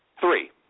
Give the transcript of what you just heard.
three